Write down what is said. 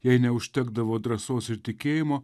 jei neužtekdavo drąsos ir tikėjimo